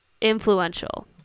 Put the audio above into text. influential